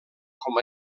com